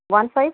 one five